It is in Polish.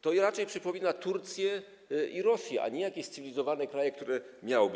To raczej przypomina Turcję i Rosję, a nie jakieś cywilizowane kraje, które miałyby.